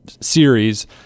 series